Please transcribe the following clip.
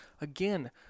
again